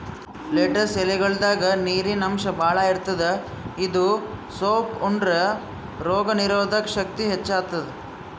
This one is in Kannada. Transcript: ಲೆಟ್ಟಸ್ ಎಲಿಗೊಳ್ದಾಗ್ ನೀರಿನ್ ಅಂಶ್ ಭಾಳ್ ಇರ್ತದ್ ಇದು ಸೊಪ್ಪ್ ಉಂಡ್ರ ರೋಗ್ ನೀರೊದಕ್ ಶಕ್ತಿ ಹೆಚ್ತಾದ್